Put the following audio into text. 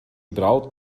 braut